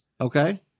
Okay